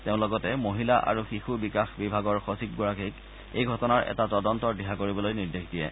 তেওঁ লগতে মহিলা আৰু শিশু বিকাশ বিভাগৰ সচিবগৰাকীক এই ঘটনাৰ এটা তদন্তৰ দিহা কৰিবলৈ নিৰ্দেশ দিয়ে